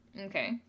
Okay